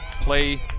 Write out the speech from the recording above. play